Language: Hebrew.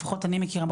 לפחות אני מכירה,